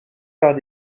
par